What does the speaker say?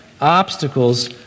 obstacles